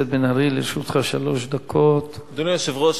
אדוני היושב-ראש,